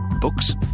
Books